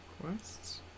Quests